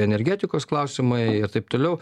energetikos klausimai ir taip toliau